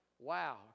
wow